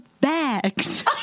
bags